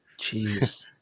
Jeez